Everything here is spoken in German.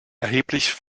erheblich